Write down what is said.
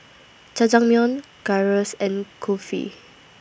Jajangmyeon Gyros and Kulfi